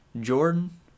Jordan